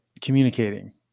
communicating